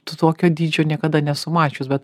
tokio dydžio niekada nesu mačius bet